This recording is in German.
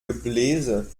gebläse